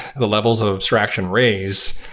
the levels of abstraction raise,